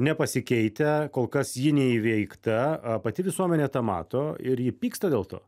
nepasikeitę kol kas ji neįveikta pati visuomenė tą mato ir ji pyksta dėl to